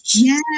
Yes